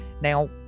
now